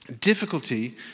Difficulty